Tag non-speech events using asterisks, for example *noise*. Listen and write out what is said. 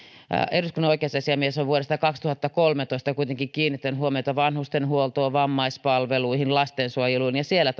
eduskunnan oikeusasiamies on vuodesta kaksituhattakolmetoista kuitenkin kiinnittänyt huomiota vanhustenhuoltoon vammaispalveluihin lastensuojeluun ja siellä *unintelligible*